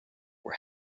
were